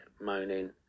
moaning